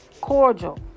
cordial